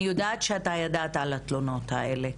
אני יודעת שאתה ידעת על התלונות האלה.